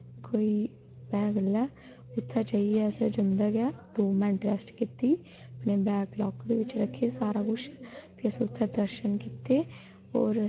की गी साढै़ इत्थें डोगरें बड़े पसंद न राजमाहं चौल खासकर बच्चें बच्चेईं बी ते बुड्डें बी सारें गै बड़े पसंद न बच्चे बच्चे ते जिंद कड़दे न राजमा होर